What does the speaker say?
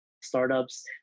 startups